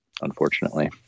unfortunately